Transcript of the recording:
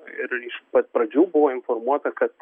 ir iš pat pradžių buvo informuota kad